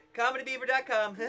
Comedybeaver.com